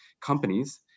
companies